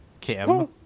Kim